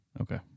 Okay